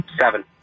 Seven